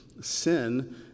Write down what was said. Sin